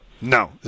No